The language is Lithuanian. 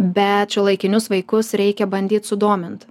bet šiuolaikinius vaikus reikia bandyt sudomint